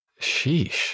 sheesh